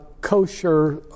kosher